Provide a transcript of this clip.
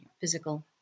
physical